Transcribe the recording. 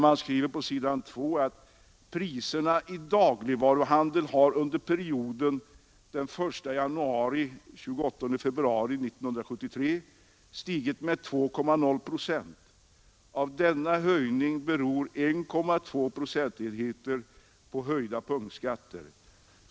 Man skriver där på s. 2: Priserna i dagligvaruhandeln har under perioden 1 januari—28 februari 1973 stigit med 2,0 procent. Av denna höjning beror 1,2 procentenheter på höjda punktskatter.